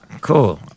Cool